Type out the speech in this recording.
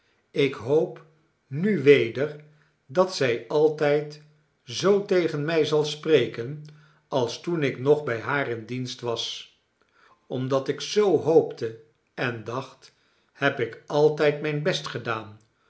ik hoop nu weder dat zij altijd zoo tegen mij zal spreken als toen ik nog bij haar in dienst was omdat ik zoo hoopte en dacht heb ik altijd mijn best gedaan